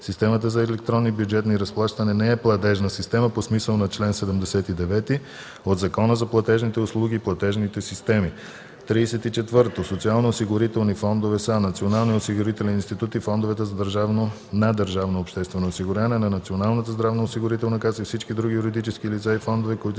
Системата за електронни бюджетни рaзплащания не е платежна система по смисъла на чл. 79 от Закона за платежните услуги и платежните системи. 34. „Социалноосигурителни фондове” са Националният осигурителен институт и фондовете на държавното обществено осигуряване, на Националната здравноосигурителна каса и всички други юридически лица и фондове, които